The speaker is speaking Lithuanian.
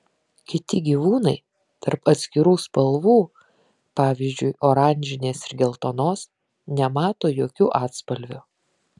kiti gyvūnai tarp atskirų spalvų pavyzdžiui oranžinės ir geltonos nemato jokių atspalvių